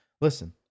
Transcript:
Listen